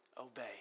obey